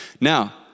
Now